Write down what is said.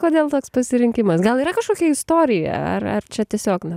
kodėl toks pasirinkimas gal yra kažkokia istorija ar ar čia tiesiog na